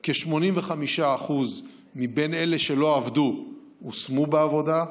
כ-85% מאלה שלא עבדו הושמו בעבודה,